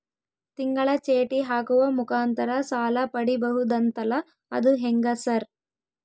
ತಿಂಗಳ ಚೇಟಿ ಹಾಕುವ ಮುಖಾಂತರ ಸಾಲ ಪಡಿಬಹುದಂತಲ ಅದು ಹೆಂಗ ಸರ್?